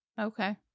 Okay